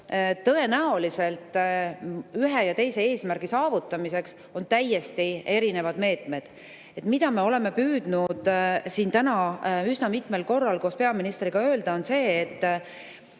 tõenäoliselt ühe ja teise eesmärgi saavutamiseks täiesti erinevad meetmed. Mida me oleme püüdnud siin täna üsna mitmel korral koos peaministriga öelda, on see, et